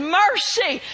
mercy